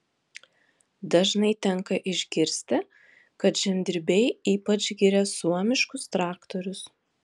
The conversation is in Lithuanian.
dažnai tenka išgirsti kad žemdirbiai ypač giria suomiškus traktorius